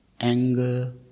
anger